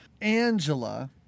Angela